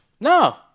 No